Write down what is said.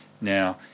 Now